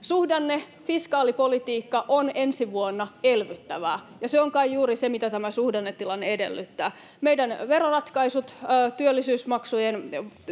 Suhdanne- ja fiskaalipolitiikka on ensi vuonna elvyttävää, ja se on kai juuri sitä, mitä tämä suhdannetilanne edellyttää. Meidän veroratkaisut,